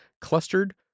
Clustered